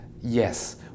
Yes